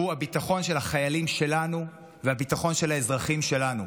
הוא הביטחון של החיילים שלנו והביטחון של האזרחים שלנו.